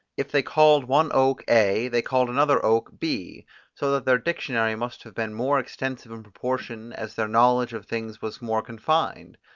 if they called one oak a, they called another oak b so that their dictionary must have been more extensive in proportion as their knowledge of things was more confined.